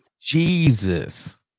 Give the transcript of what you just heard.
Jesus